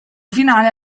finale